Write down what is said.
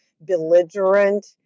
belligerent